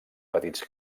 petits